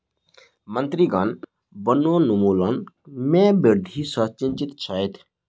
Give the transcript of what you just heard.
मंत्रीगण वनोन्मूलन में वृद्धि सॅ चिंतित छैथ